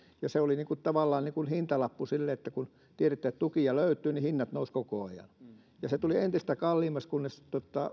ja se oli tavallaan niin kuin hintalappu sille kun tiedetään että tukia löytyy niin hinnat nousivat koko ajan se tuli entistä kalliimmaksi kunnes